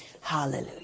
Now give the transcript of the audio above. Hallelujah